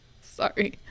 Sorry